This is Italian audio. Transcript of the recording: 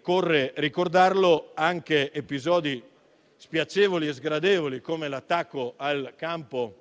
occorre ricordare - anche episodi spiacevoli e sgradevoli, come l'attacco al campo